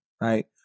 Right